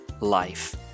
life